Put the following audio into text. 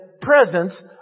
presence